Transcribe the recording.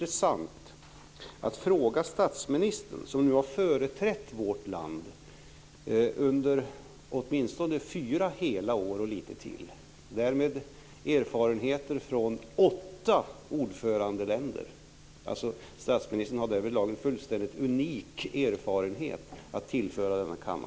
Statsministern har nu företrätt vårt land under åtminstone fyra hela år och lite till och har därmed erfarenhet av åtta ordförandeländer. Statsministern har därvidlag en fullständigt unik erfarenhet att tillföra den här kammaren.